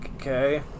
Okay